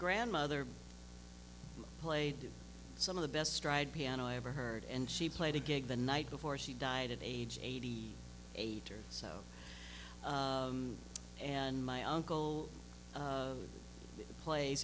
grandmother played some of the best stride piano i ever heard and she played a gig the night before she died at age eighty eight or so and my uncle plays